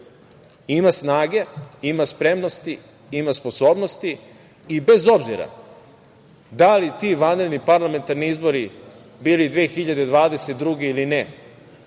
ima snage, ima spremnosti, ima sposobnosti i bez obzira da li ti vanredni parlamentarni izbori bili 2022. godine